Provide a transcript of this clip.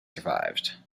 survived